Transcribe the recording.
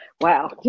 wow